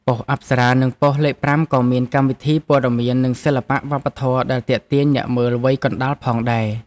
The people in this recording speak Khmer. ប៉ុស្តិ៍អប្សរានិងប៉ុស្តិ៍លេខប្រាំក៏មានកម្មវិធីព័ត៌មាន និងសិល្បៈវប្បធម៌ដែលទាក់ទាញអ្នកមើលវ័យកណ្តាលផងដែរ។